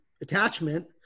attachment